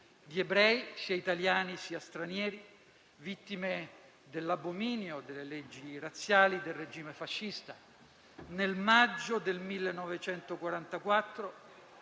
di ebrei, sia italiani sia stranieri, vittime dell'abominio della Shoa e delle leggi razziali del regime fascista. Nel maggio 1944